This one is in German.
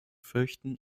fürchten